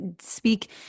speak –